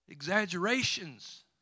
exaggerations